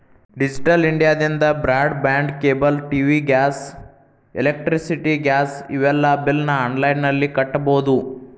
digital ಇಂಡಿಯಾದಿಂದ broadband cable TV gas electricity gas ಇವೆಲ್ಲಾ ಬಿಲ್ನ ಆನ್ಲೈನ್ ನಲ್ಲಿ ಕಟ್ಟಬೊದು